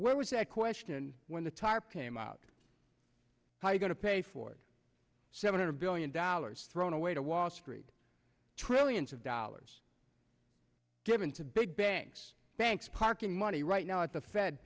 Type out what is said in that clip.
where was that question when the tarp came out how are you going to pay for it seven hundred billion dollars thrown away to wall street trillions of dollars given to big banks banks parking money right now at the fed